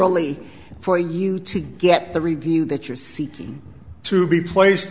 lly for you to get the review that you're seeking to be placed